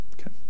Okay